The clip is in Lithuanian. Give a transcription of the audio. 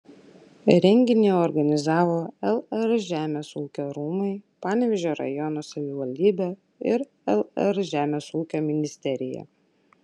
renginį organizavo lr žemės ūkio rūmai panevėžio rajono savivaldybė ir lr žemės ūkio ministerija